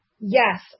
Yes